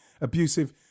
abusive